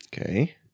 Okay